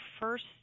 first